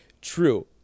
True